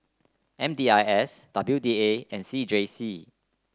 M D I S W D A and C J C